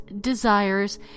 desires